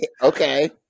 Okay